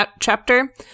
chapter